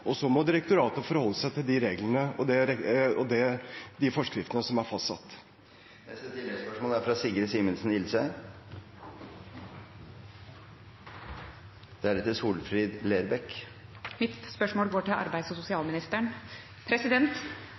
og så må direktoratet forholde seg til de reglene og de forskriftene som er fastsatt. Sigrid Simensen Ilsøy – til oppfølgingsspørsmål. Mitt spørsmål går til arbeids- og sosialministeren.